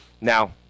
Now